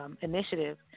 Initiative